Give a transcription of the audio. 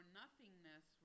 nothingness